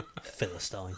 Philistine